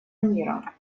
мира